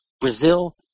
Brazil